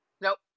nope